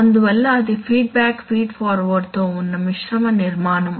అందువల్ల ఇది feedback feed forward తో ఉన్న మిశ్రమ నిర్మాణం